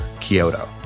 Kyoto